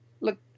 look